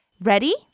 Ready